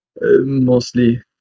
Mostly